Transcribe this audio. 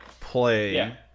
play